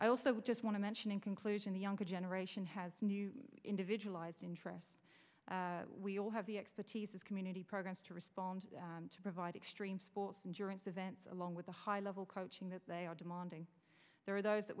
i also just want to mention in conclusion the younger generation has new individualized interest we all have the expertise of community programs to respond to provide extreme sports insurance events along with a high level coaching that they are demanding there are those that